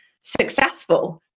successful